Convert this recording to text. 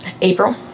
April